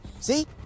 See